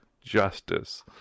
justice